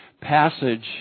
passage